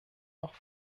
noch